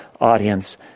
audience